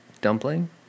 dumpling